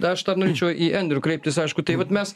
aš dar norėčiau į andrių kreiptis aišku tai vat mes